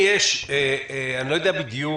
אני לא יודע בדיוק,